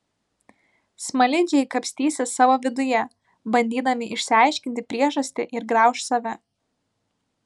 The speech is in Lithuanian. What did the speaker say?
smaližiai kapstysis savo viduje bandydami išsiaiškinti priežastį ir grauš save